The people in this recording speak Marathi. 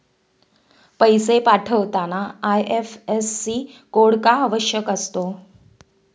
पैसे पाठवताना आय.एफ.एस.सी कोड का आवश्यक असतो?